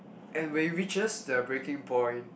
and when it reaches the breaking point